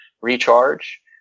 recharge